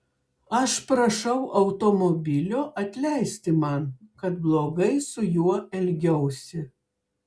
aš prašau automobilio atleisti man kad blogai su juo elgiausi